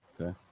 Okay